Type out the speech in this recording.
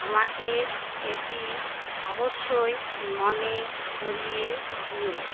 আমাকে এটি অবশ্যই মনে করিয়ে দিও